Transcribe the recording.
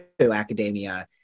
academia